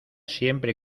siempre